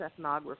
ethnographer